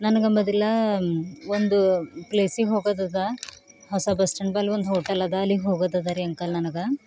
ನನಗೆ ಅಂಬೋದಿಲ್ಲ ಒಂದು ಪ್ಲೇಸಿಗೆ ಹೋಗೋದದ ಹೊಸ ಬಸ್ ಸ್ಟ್ಯಾಂಡ್ ಬಲಿ ಒಂದು ಹೋಟೆಲ್ ಅದ ಅಲ್ಲಿಗೆ ಹೋಗದದ ರೀ ಅಂಕಲ್ ನನಗೆ